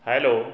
hello